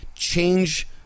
Change